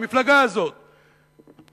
המפלגה הזאת שבוחריה,